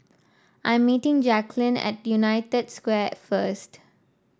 I am meeting Jacalyn at United Square first